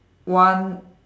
one